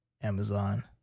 Amazon